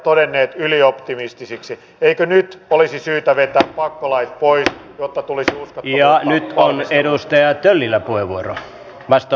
ei mene vaan ilman nopeita kiristystoimia poikkeuksellisesta tulee pysyvä asiantila ja kierre syvenee vuosi vuodelta kuten ruotsissa